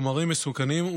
השונים,